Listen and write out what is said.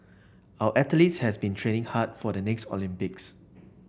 our athletes has been training hard for the next Olympics